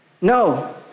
No